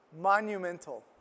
monumental